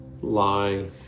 lie